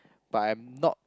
but I'm not